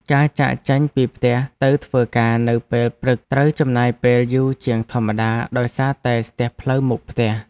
ការចាកចេញពីផ្ទះទៅធ្វើការនៅពេលព្រឹកត្រូវចំណាយពេលយូរជាងធម្មតាដោយសារតែស្ទះផ្លូវមុខផ្ទះ។